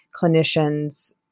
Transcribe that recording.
clinicians